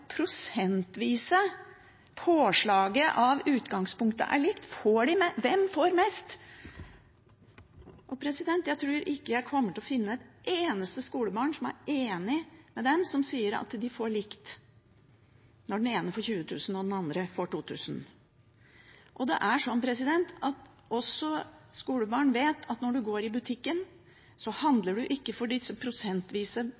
prosentvise påslaget på utgangspunktet er likt? Hvem får mest? Jeg tror ikke jeg kommer til å finne et eneste skolebarn som er enig med den som sier at de får likt når den ene får 20 000 og den andre får 2 000. Og det er sånn at også skolebarn vet at når man går i butikken,